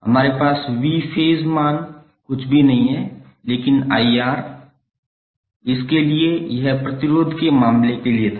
हमारे पास 𝑽 फेज़ मान कुछ भी नहीं है लेकिन 𝑰𝑅 इसके लिए यह प्रतिरोध के मामले के लिए था